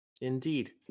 Indeed